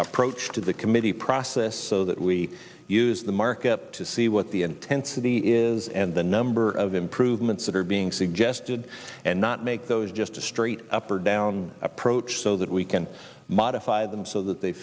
approach to the committee process so that we use the market to see what the intensity is and the number of improvements that are being suggested and not make those just a straight up or down approach so that we can modify them so that they